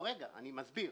רגע, אני מסביר.